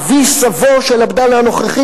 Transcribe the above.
אבי סבו של עבדאללה הנוכחי,